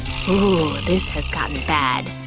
ooh, this has gotten bad.